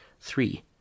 Three